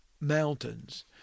mountains